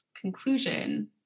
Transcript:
conclusion